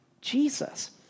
Jesus